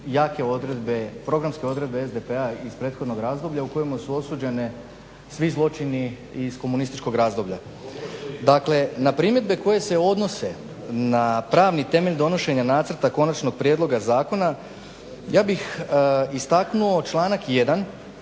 programske odredbe SDP-a iz prethodnog razdoblja u kojemu su osuđeni svi zločini iz komunističkog razdoblja. Dakle, na primjedbe koje se odnose na pravni temelj donošenja nacrta konačnog prijedloga zakona ja bih istaknuo članak 1.